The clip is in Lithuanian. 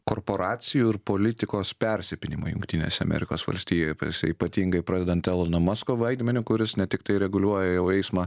korporacijų ir politikos persipynimo jungtinėse amerikos valstijoje ypatingai pradedant elono musko vaidmeniu kuris ne tiktai reguliuoja jau eismą